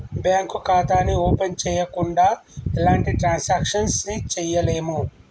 bank ఖాతాని open చెయ్యకుండా ఎలాంటి ట్రాన్సాక్షన్స్ ని చెయ్యలేము